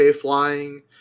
flying